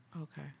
Okay